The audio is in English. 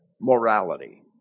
morality